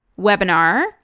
Webinar